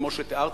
כמו שתיארתי,